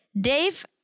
Dave